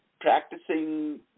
practicing